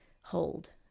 hold